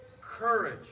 courage